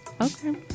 okay